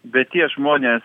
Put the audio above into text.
bet tie žmonės